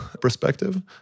perspective